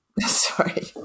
Sorry